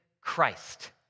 Christ